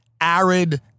arid